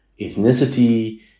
ethnicity